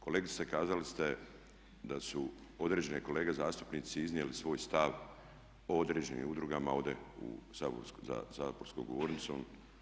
Kolegice kazali ste da su određeni kolege zastupnici iznijeli svoj stav o određenim udrugama ovdje za saborskom govornicom.